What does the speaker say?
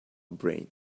brain